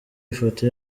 ifoto